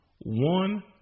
One